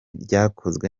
ryakozwe